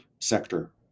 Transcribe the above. sector